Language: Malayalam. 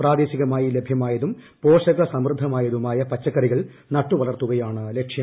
പ്രാദേശികമായി ലഭ്യമായതും ് പോഷക സമൃദ്ധമായതുമായ പച്ചക്കറികൾ നുട്ടൂവള്ർത്തുകയാണ് ലക്ഷ്യം